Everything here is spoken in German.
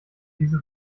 diese